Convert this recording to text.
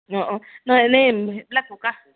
অঁ অঁ নহয় এনেই সেইবিলাক থকা